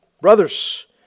Brothers